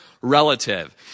relative